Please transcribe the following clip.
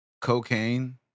Cocaine